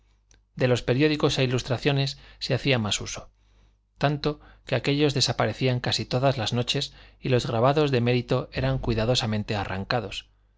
de los periódicos e ilustraciones se hacía más uso tanto que aquellos desaparecían casi todas las noches y los grabados de mérito eran cuidadosamente arrancados